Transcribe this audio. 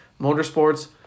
Motorsports